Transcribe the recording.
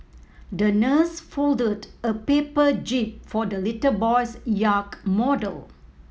the nurse folded a paper jib for the little boy's yacht model